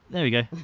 there we go,